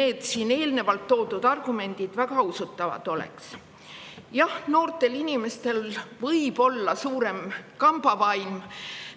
et siin eelnevalt toodud argumendid väga usutavad oleks. Jah, noortel inimestel võib olla suurem kambavaim